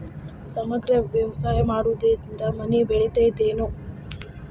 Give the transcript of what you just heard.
ಸಮಗ್ರ ವ್ಯವಸಾಯ ಮಾಡುದ್ರಿಂದ ಮನಿತನ ಬೇಳಿತೈತೇನು?